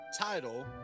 title